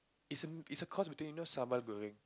it's a it's a cross between you know sambal goreng